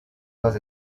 las